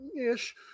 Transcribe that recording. ish